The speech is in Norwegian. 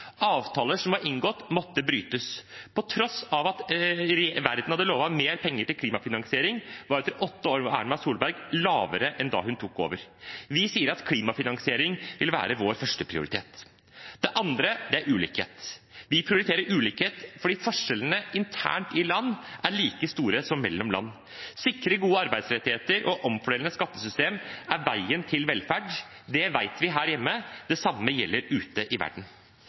Avtaler som var inngått, måtte brytes. På tross av at verden hadde lovet mer penger til klimafinansiering, lå vi etter åtte år med Erna Solberg lavere enn da hun tok over. Vi sier at klimafinansiering vil være vår førsteprioritet. Det andre er ulikhet. Vi prioriterer ulikhet fordi forskjellene internt i land er like store som mellom land. Å sikre gode arbeidsrettigheter og omfordelende skattesystemer er veien til velferd. Det vet vi her hjemme. Det samme gjelder ute i verden.